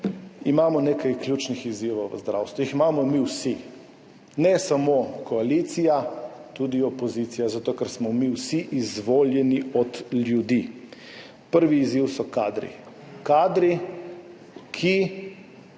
imamo nekaj ključnih izzivov v zdravstvu. Imamo jih mi vsi, ne samo koalicija, tudi opozicija, zato ker smo mi vsi izvoljeni od ljudi. Prvi izziv so kadri. Kadri, ki